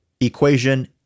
equation